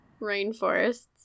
rainforests